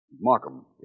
Markham